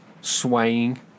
swaying